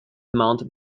mount